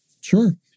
Sure